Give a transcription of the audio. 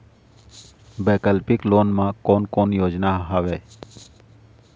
वैकल्पिक लोन मा कोन कोन योजना हवए?